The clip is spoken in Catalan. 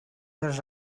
dos